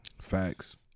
Facts